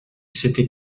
s’était